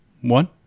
one